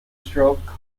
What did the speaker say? stroke